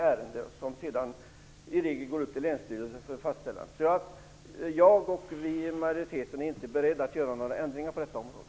Ärendet går sedan som i regel upp till länsstyrelse för fastställande. Jag och majoriteten är inte beredda att göra några ändringar på detta område.